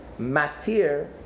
matir